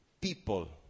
people